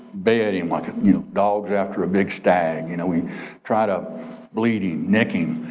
bed him like a you know dogs after a big stag. you know we try to bleed him, neck him,